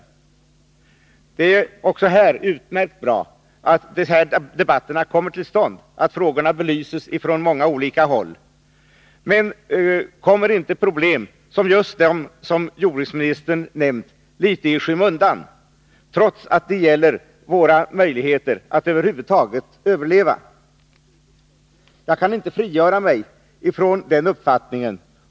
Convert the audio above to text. Visst är det utmärkt att debatter av det här slaget kommer till stånd, att frågorna belyses från många olika håll. Men kommer inte problem av just det slag som jordbruksministern nämnde litet i skymundan, trots att det gäller våra möjligheter att över huvud taget överleva? Jag kan inte frigöra mig från den uppfattningen.